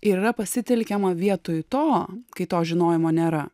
ir yra pasitelkiama vietoj to kai to žinojimo nėra